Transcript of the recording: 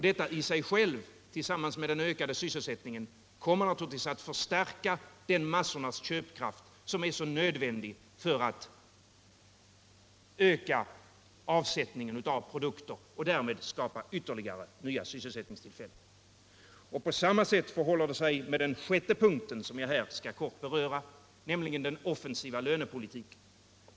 Detta i sig självt tillsammans med den ökade sysselsättningen kommer naturligtvis att stärka den massornas köpkraft som är så nödvändig för att vi skall kunna öka avsättningen av produkter och därmed skapa ytterligare nya sysselsättningstillfällen. På samma sätt förhåller det sig med den sjätte punkten, som jag här skall kort beröra, nämligen frågan om den offensiva lönepolitiken.